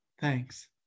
Thanks